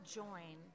join